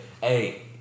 Hey